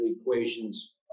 equations